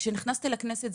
כשנכנסתי לכנסת,